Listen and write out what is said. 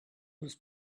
was